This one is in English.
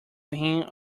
him